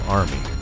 army